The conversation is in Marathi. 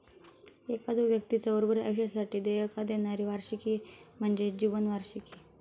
एखाद्यो व्यक्तीचा उर्वरित आयुष्यासाठी देयका देणारी वार्षिकी म्हणजे जीवन वार्षिकी